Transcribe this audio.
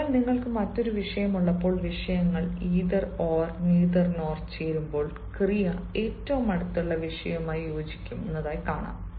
അതിനാൽ നിങ്ങൾക്ക് മറ്റൊരു വിഷയം ഉള്ളപ്പോൾ വിഷയങ്ങൾ ഈതെർ ഓർ നെയ്തേർ നോർ ചേരുമ്പോൾ ക്രിയ ഏറ്റവും അടുത്തുള്ള വിഷയവുമായി യോജിക്കും